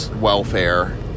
welfare